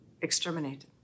exterminated